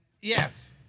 Yes